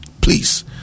Please